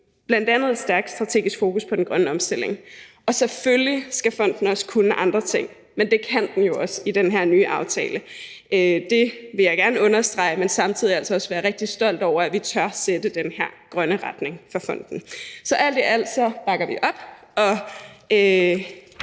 bl.a. et stærkt strategisk fokus på den grønne omstilling. Og selvfølgelig skal fonden også kunne andre ting, men det kan den jo også i den her nye aftale, det vil jeg gerne understrege, men samtidig altså også være rigtig stolt over, at vi tør sætte den her grønne retning for fonden. Så alt i alt bakker vi det